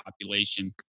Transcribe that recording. population